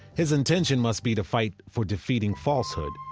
his intention must be to fight for defeating falsehood,